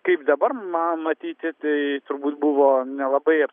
kaip dabar ma matyti tai turbūt buvo nelabai